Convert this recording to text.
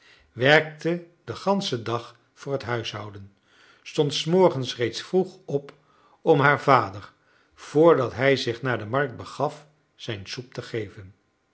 werkte den ganschen dag voor het huishouden stond s morgens reeds vroeg op om haar vader vr dat hij zich naar de markt begaf zijn soep te geven